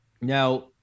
Now